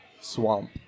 swamp